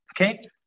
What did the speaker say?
okay